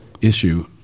issue